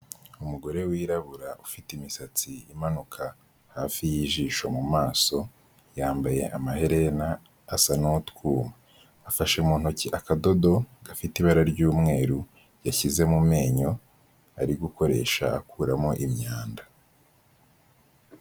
Umugore wirabura ufite imisatsi imanuka hafi y'ijisho mu maso yambaye amaherena asa n'utwuma, afashe mu ntoki akadodo gafite ibara ry'umweru yashyize mu menyo ari gukoresha akuramo imyanda.